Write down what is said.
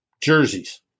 jerseys